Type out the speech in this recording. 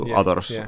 others